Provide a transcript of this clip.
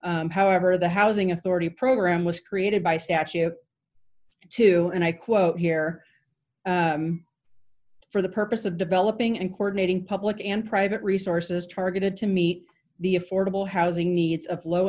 statue however the housing authority program was created by statute to and i quote here for the purpose of developing and coronating public and private resources targeted to meet the affordable housing needs of low